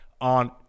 on